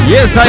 Yes